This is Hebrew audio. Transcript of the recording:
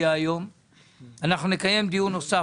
נותנים מה שמכונה הגנות ינוקא לחברות כרטיסי האשראי,